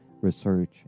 research